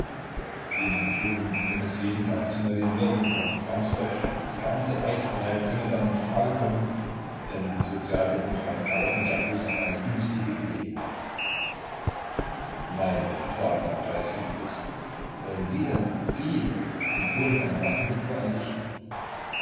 in polen könne es jeden tag zu neuen wirren kommen ganz deutschland die ganze reichseinheit könne dann in frage kommen denn die sozialdemokraten lauerten ja bloß auf eine günstige gelegenheit nein was sie sagen herr kreisphysikus wollen sie denn sie den polen ein waffendepot einrichten